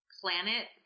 planet